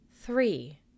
Three